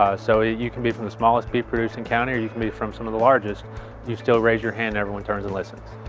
so, you you can be from the smallest beef-producing county or you can be from some of the largest you still raise your hand and everyone turns and listens.